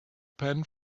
pan